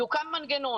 יוקם מנגנון.